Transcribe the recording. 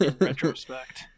retrospect